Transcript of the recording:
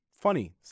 funny